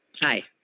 Hi